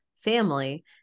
family